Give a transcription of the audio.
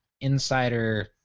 insider